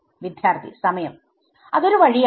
വിദ്യാർത്ഥി സമയം അതൊരു വഴിയാണ്